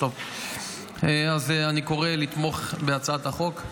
אני קורא לתמוך בהצעת החוק.